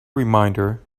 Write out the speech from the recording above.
reminder